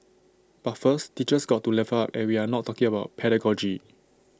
but first teachers got to level up and we are not talking about pedagogy